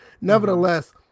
Nevertheless